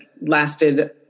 lasted